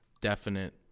definite